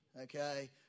Okay